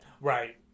Right